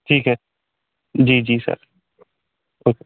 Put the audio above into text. ठीक है जी जी सर ओके